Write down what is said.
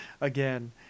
again